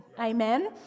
Amen